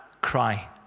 cry